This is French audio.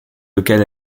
lequel